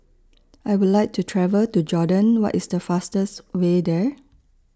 I Would like to travel to Jordan What IS The fastest Way There